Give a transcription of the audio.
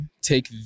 take